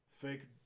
fake